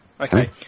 Okay